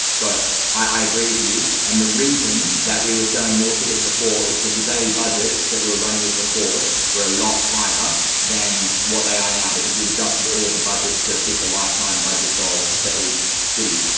got it. i agree with you. and the reason that we were selling more tickets before is because the daily budget that we were running with before were a lot higher than what they are now, because we've adjusted all the budgets to fit the lifetime budget goal in each city.